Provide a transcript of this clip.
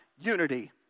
unity